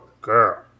girl